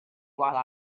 while